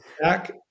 back